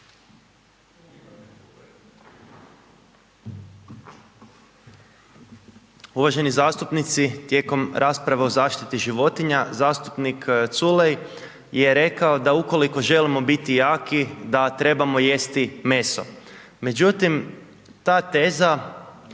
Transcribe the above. Uvaženi zastupnici, tijekom rasprave o zaštiti životinja, zastupnik Culej je rekao da ukoliko želimo biti jaki da trebamo jesti meso. Međutim, ta teza